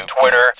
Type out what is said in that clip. Twitter